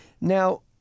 Now